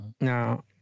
Now